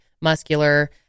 muscular